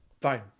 fine